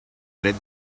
dret